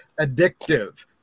addictive